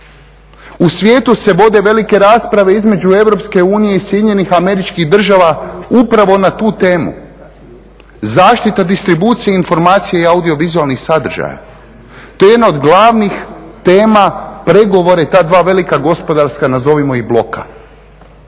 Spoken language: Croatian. U svijetu se vode velike rasprave između Europske unije i Sjedinjenih Američkih Država upravo na tu temu. Zaštita distribucije informacije i audiovizualnih sadržaja, to je jedna od glavnih tema pregovora i ta dva velika gospodarska nazovimo ih bloka.